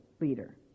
leader